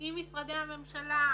עם משרדי הממשלה.